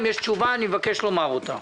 אם יש תשובה אני מבקש לומר אותה.